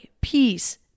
peace